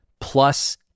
plus